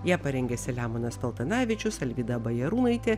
ją parengė selemonas paltanavičius alvyda bajarūnaitė